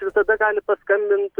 visada gali paskambint